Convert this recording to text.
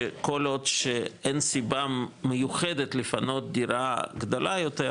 שכול עוד אין סיבה מיוחדת לפנות דירה גדולה יותר,